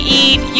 eat